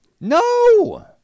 No